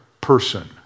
person